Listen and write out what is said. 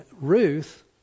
Ruth